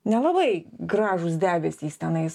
nelabai gražūs debesys tenais